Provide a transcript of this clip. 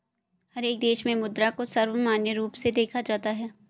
हर एक देश में मुद्रा को सर्वमान्य रूप से देखा जाता है